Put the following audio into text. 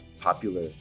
popular